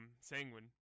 Sanguine